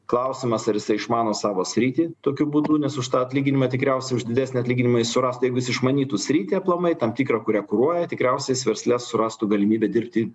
klausimas ar jisai išmano savo sritį tokiu būdu nes už tą atlyginimą tikriausiai už didesnį atlyginimą jis surastų jeigu jis išmanytų sritį aplamai tam tikrą kurią kuruoja tikriausiai jis versle surastų galimybę dirbti